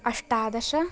अष्टादश